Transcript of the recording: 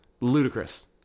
Ludicrous